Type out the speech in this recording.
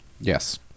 Yes